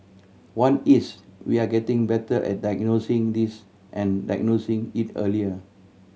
one is we are getting better at diagnosing this and diagnosing it earlier